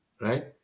Right